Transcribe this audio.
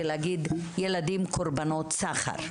ולהגיד "ילדים קרבנות סחר".